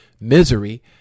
misery